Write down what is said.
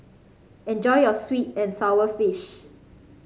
enjoy your sweet and sour fish